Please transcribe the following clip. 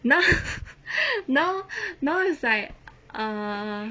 now now now is like err